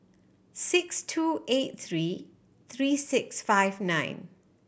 six two eight three three six five nine